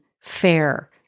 fair